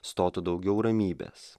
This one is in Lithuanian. stotų daugiau ramybės